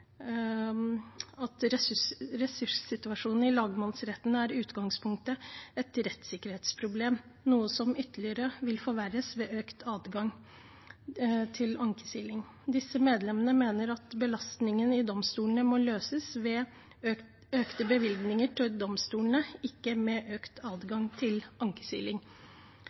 regjeringens løsning. Ressurssituasjonen i lagmannsretten er i utgangspunktet et rettssikkerhetsproblem, noe som vil forverres ytterligere ved økt adgang til ankesiling. Flertallet mener at belastningen i domstolene må løses ved økte bevilgninger til domstolene, ikke med økt adgang til